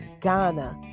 Ghana